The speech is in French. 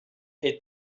est